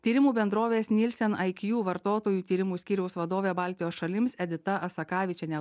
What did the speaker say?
tyrimų bendrovės nielseniq vartotojų tyrimų skyriaus vadovė baltijos šalims edita asakavičienė